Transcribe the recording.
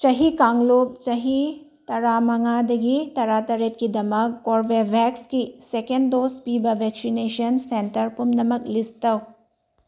ꯆꯍꯤ ꯀꯥꯡꯂꯨꯞ ꯆꯍꯤ ꯇꯔꯥ ꯃꯉꯥꯗꯒꯤ ꯇꯔꯥ ꯇꯔꯦꯠꯀꯤꯗꯃꯛ ꯀꯣꯔꯕꯦꯕꯦꯛꯁꯀꯤ ꯁꯦꯀꯦꯟ ꯗꯣꯖ ꯄꯤꯕ ꯕꯦꯛꯁꯤꯅꯦꯁꯟ ꯁꯦꯟꯇꯔ ꯄꯨꯝꯅꯃꯛ ꯂꯤꯁ ꯇꯧ